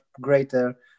greater